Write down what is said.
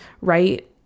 right